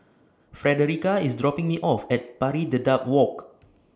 Frederica IS dropping Me off At Pari Dedap Walk